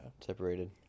separated